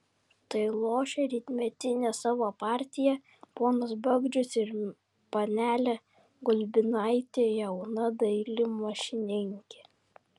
tai lošia rytmetinę savo partiją ponas bagdžius ir panelė gulbinaitė jauna daili mašininkė